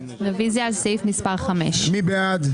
רוויזיה על סעיף מספר 5. מי בעד?